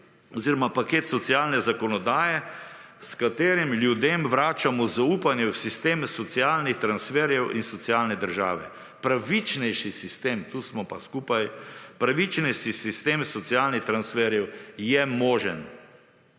oziroma paket socialne zakonodaje, s katerim ljudem vračamo zaupanje v sistem socialnih transferjev in socialne države. Pravičnejši sistem. Tu smo pa skupaj. Pravičnejši sistem socialnih transferjev je možen.